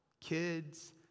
kids